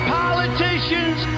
politicians